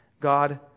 God